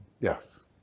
Yes